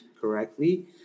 correctly